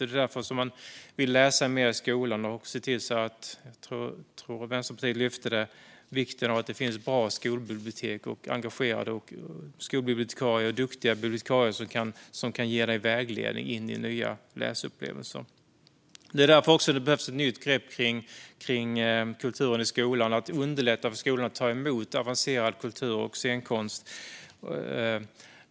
Det är därför vi vill att man ska läsa mer i skolan. Vi ser också vikten av att det finns bra skolbibliotek - jag tror att det var Vänsterpartiet som också lyfte detta - och engagerade och duktiga skolbibliotekarier som kan ge eleverna vägledning in i nya läsupplevelser. Det är också därför det behövs ett nytt grepp kring kulturen i skolan. Vi ska underlätta för skolan att ta emot avancerad kultur och scenkonst.